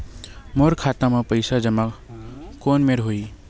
मोर खाता मा पईसा जमा कोन मेर होही?